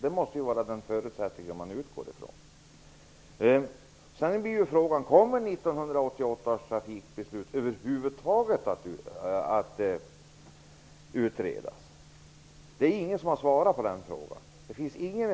Det måste vara det man utgår ifrån. Frågan är om 1988 års trafikpolitiska beslut över huvud taget kommer att utredas. Ingen